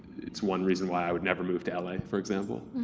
it's one reason why i would never move to la, for example.